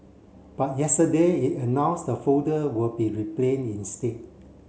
but yesterday it announce the folder will be reprint instead